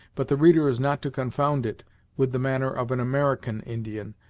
but the reader is not to confound it with the manner of an american indian,